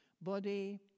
body